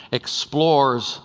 explores